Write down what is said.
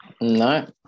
No